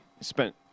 Spent